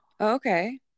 Okay